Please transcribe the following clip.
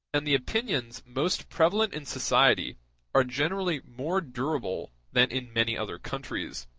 and the opinions most prevalent in society are generally more durable than in many other countries.